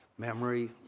memory